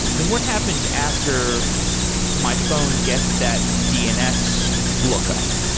then what happens after my phone gets that dns lookup?